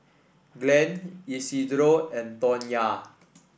Glen Isidro and Tonya